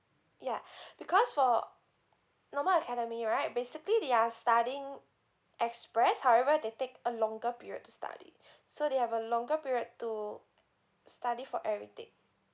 ya because for normal academy right basically they are studying express however they take a longer period to study so they have a longer period to study for everything